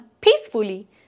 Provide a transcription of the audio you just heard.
peacefully